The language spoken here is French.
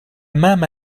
même